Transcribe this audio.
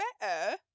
better